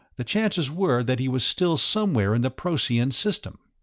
the chances were that he was still somewhere in the procyon system.